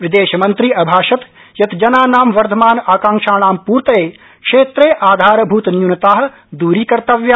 विदेशमन्त्री अभाषत यत् जनानां वर्धमान आकांक्षाणां पूर्तये क्षेत्रे आधार भूत न्यूनताः दूरीकर्तव्या